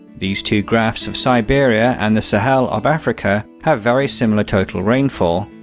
these two graphs of siberia and the sahel of africa have very similar total rainfall,